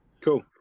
cool